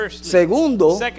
Segundo